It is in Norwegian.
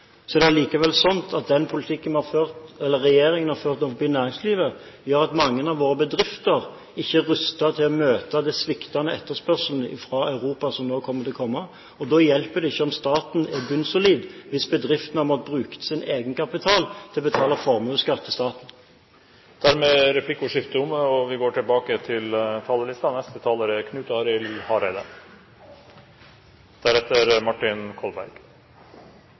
er det likevel sånn at den politikken regjeringen har ført overfor næringslivet, gjør at mange av våre bedrifter ikke er rustet til å møte den sviktende etterspørselen fra Europa som nå kommer til å komme. Det hjelper ikke at staten er bunnsolid hvis bedriften har måttet bruke sin egenkapital til å betale formuesskatt til staten. Replikkordskiftet er omme.